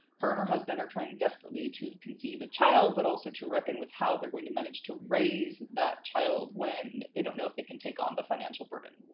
her and her husband are trying desperately to conceive a child but also to reckon with how they're going to manage to raise that child when they don't know if they can take on the financial burden.